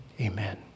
Amen